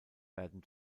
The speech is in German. werden